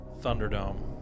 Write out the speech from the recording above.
Thunderdome